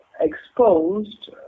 exposed